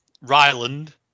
Ryland